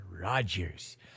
Roger's